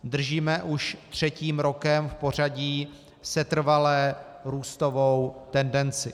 Držíme už třetím rokem v pořadí setrvale růstovou tendenci.